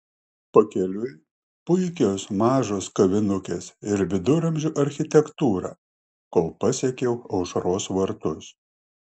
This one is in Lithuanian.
pakeliui puikios mažos kavinukės ir viduramžių architektūra kol pasiekiau aušros vartus